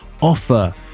offer